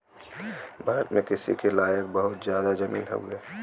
भारत में कृषि के लायक बहुत जादा जमीन हउवे